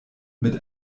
mit